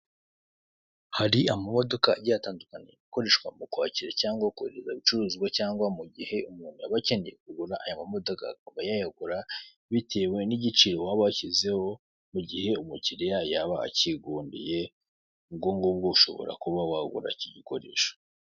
Hari amamodoka agiye atandukanye akoreshwa mukwakira cyangwa kohereza ibicuruzwa cyangwa mu gihe umuntu aba akeneye kugura aya mamodoka akaba yayagura bitewe n'igiciro waba washyizeho mugihe umukiriya yaba acyigondeye ubwo ngubwo ushobora kuba wagura icyo gikoresho.